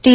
T